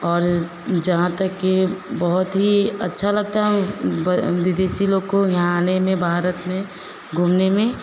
और जहाँ तक की बहुत ही अच्छा लगता है ब विदेशी लोग को यहाँ आने में भारत में घूमने में